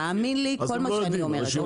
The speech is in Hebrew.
תאמין לכל מה שאני אומרת.